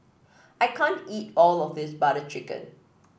I can't eat all of this Butter Chicken